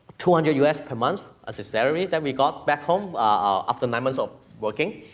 two hundred us month as a salary that we got back home ah after nine months of working,